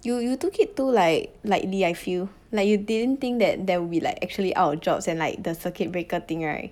you you took it too like lightly I feel like you didn't think that there will be like out of jobs and like the circuit breaker thing right